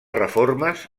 reformes